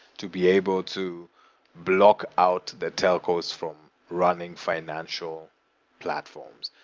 to be able to block out the telcos from running financial platforms.